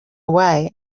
away